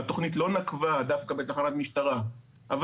והתוכנית לא נקבה דווקא בתחנת משטרה אבל